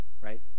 right